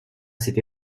cette